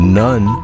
none